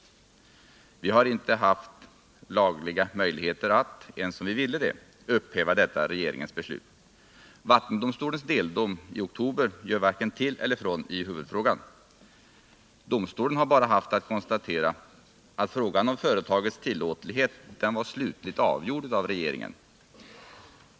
Vi har inte haft lagliga möjligheter att — ens om vi ville det — upphäva detta regeringens beslut. Vattendomstolens deldom i oktober gör varken till eller från i huvudfrågan. Domstolen har bara haft att konstatera att frågan om företagets tillåtlighet var slutligt avgjord av regeringen.